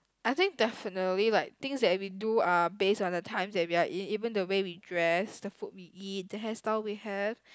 I think definitely like things that we do are based on the times we are in even the way we dress the food we eat the hair style we have